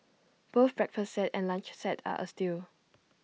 both breakfast set and lunch set are A steal